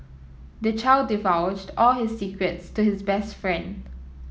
the child divulged all his secrets to his best friend